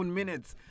minutes